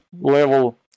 level